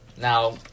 Now